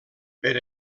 per